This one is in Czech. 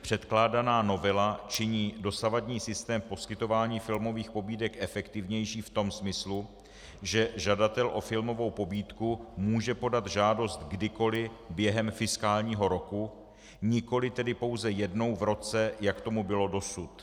Předkládaná novela činí dosavadní systém poskytování filmových pobídek efektivnější v tom smyslu, že žadatel o filmovou pobídku může podat žádost kdykoliv během fiskálního roku, nikoliv tedy pouze jednou v roce, jak tomu bylo dosud.